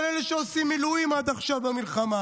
של אלה שעושים מילואים עד עכשיו במלחמה,